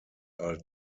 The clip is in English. are